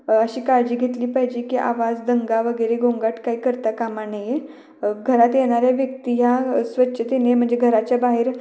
अशी काळजी घेतली पाहिजे की आवाज दंगा वगैरे गोंगाट काही करता कामा नये घरात येणाऱ्या व्यक्ती या स्वच्छतेने म्हणजे घराच्या बाहेर